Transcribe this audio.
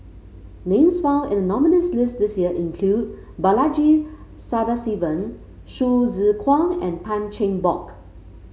names found in nominees' list this year include Balaji Sadasivan Hsu Tse Kwang and Tan Cheng Bock